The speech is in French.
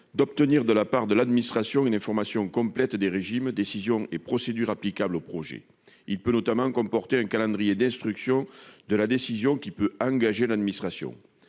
d'obtenir de la part de l'administration une information complète des régimes de décision et des procédures applicables au projet. Il peut notamment comporter un calendrier d'instruction de la décision, qui peut engager l'administration.